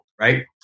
right